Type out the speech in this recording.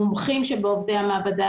המומחים שבעובדי המעבדה,